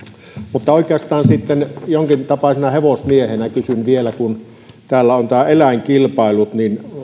mutta oikeastaan sitten jonkin tapaisena hevosmiehenä kysyn vielä kun täällä on nämä eläinkilpailut